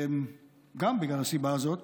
גם בגלל הסיבה הזאת